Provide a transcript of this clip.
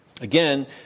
Again